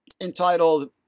entitled